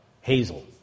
Hazel